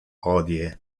hodie